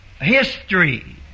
history